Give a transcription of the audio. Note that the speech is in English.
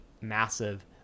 massive